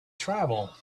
travel